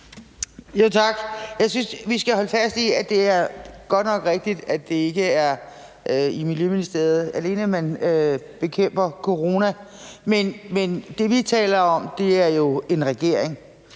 Tak. Jeg synes, vi skal holde fast i, at det godt nok er rigtigt, at det ikke er i Miljøministeriet alene, at man bekæmper corona. Men det, vi taler om, er jo en regering,